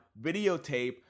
videotape